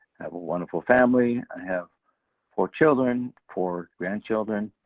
have a wonderful family. i have four children, four grandchildren.